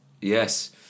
Yes